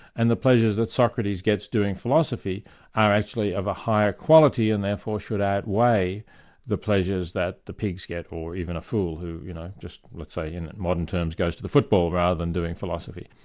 and the pleasures that socrates gets doing philosophy are actually of a higher quality and therefore should outweigh the pleasures that the pigs get, or even a fool who you know just, let's say in modern terms, goes to the football rather than doing philosophy.